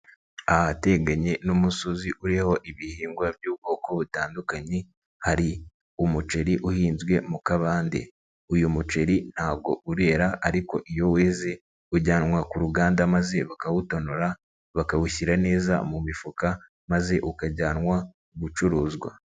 Ahateganye n'umusozi uriho ibihingwa by'ubwoko butandukanye, hari umuceri uhinzwe mu kabande, uyu muceri ntabwo urera ariko iyo weze ujyanwa ku ruganda maze bakawutonora, bakawushyira neza mu mifuka maze ukajyanwa gucuruzwa.